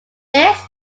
this